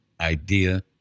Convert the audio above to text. idea